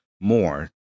more